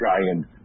giant